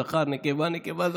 זכר-נקבה, נקבה-זכר.